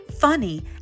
funny